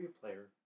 player